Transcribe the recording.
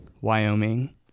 Wyoming